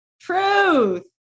truth